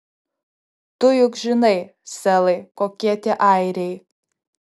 tu juk žinai selai kokie tie airiai